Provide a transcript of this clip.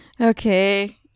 okay